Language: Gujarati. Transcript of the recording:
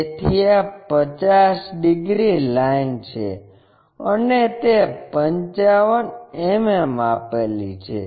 તેથી આ 50 ડિગ્રી લાઇન છે અને તે 55 mm લાંબી આપેલી છે